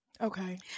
Okay